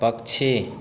पक्षी